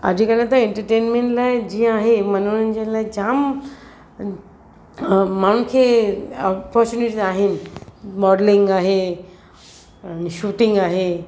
अॼुकल्ह त इंटरटेनमेंट लाइ जीअं आहे मनोरंजन लाइ जामु माण्हुनि खे अपोर्चुनिटीस आहिनि मॉडलींग आहे शुटींग आहे